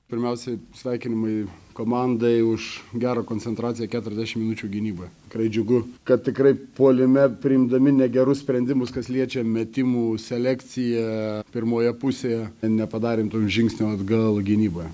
pirmiausiai sveikinimai komandai už gerą koncentraciją keturiasdešimt minučių gynyboje tikrai džiugu kad tikrai puolime priimdami negerus sprendimus kas liečia metimų selekciją pirmoje pusėje nepadarėm tokių žingsnių atgal gynyboje